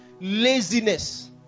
laziness